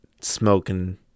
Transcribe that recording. smoking